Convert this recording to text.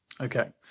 Okay